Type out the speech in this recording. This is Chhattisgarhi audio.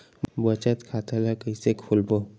बचत खता ल कइसे खोलबों?